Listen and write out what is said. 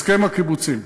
הסכם הקיבוצים.